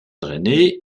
drainés